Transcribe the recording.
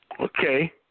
Okay